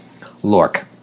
Lork